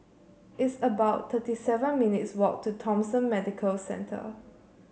it's about thirty seven minutes' walk to Thomson Medical Centre